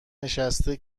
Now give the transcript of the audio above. نشسته